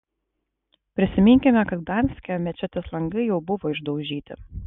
prisiminkime kad gdanske mečetės langai jau buvo išdaužyti